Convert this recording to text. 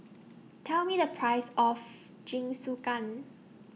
Tell Me The Price of Jingisukan